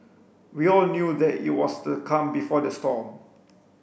we all knew that it was the calm before the storm